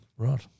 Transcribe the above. Right